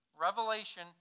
Revelation